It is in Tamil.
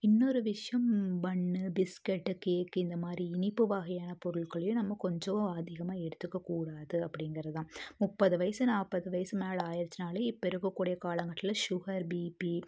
இன்னொரு விஷயம் பன் பிஸ்கட் கேக் இந்தமாதிரி இனிப்பு வகையான பொருட்களையும் நம்ம கொஞ்சம் அதிகமாக எடுத்துக்கக்கூடாது அப்படிங்கிறது தான் முப்பது வயசு நாற்பது வயசு மேல் ஆயிடுச்சுனாலே இப்போ இருக்கக்கூடிய காலங்கள்ல சுகர் பிபி